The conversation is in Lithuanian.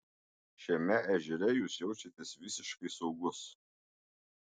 šiame ežere jūs jaučiatės visiškai saugus